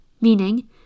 meaning